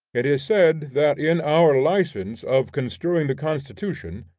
it is said that in our license of construing the constitution,